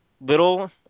Little